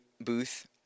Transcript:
booth